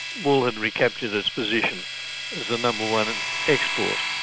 wool had recaptured its position as the number one and export.